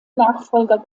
nachfolger